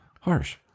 Harsh